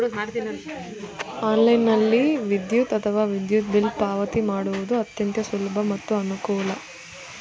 ಆನ್ಲೈನ್ನಲ್ಲಿ ವಿದ್ಯುತ್ ಅಥವಾ ವಿದ್ಯುತ್ ಬಿಲ್ ಪಾವತಿ ಮಾಡುವುದು ಅತ್ಯಂತ ಸುಲಭ ಮತ್ತು ಅನುಕೂಲ